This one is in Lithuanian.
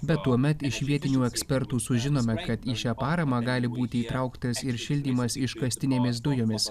bet tuomet iš vietinių ekspertų sužinome kad į šią paramą gali būti įtrauktas ir šildymas iškastinėmis dujomis